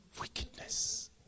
Wickedness